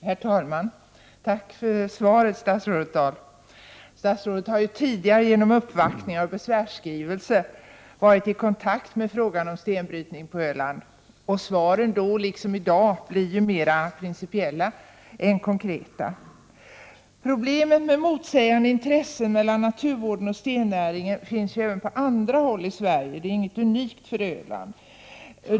Herr talman! Tack för svaret, statsrådet Dahl. Statsrådet har ju tidigare genom uppvaktningar och besvärsskrivelser varit i kontakt med frågan om stenbrytning på Öland. Svaren då liksom i dag har varit mera principiella än konkreta. Problemet med motsägande intressen mellan naturvården och stennäringen finns även på andra håll i Sverige. Det är ingenting unikt för Öland.